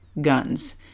guns